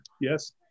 Yes